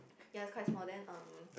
ya is quite small then um